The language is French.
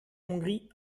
hongrie